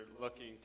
looking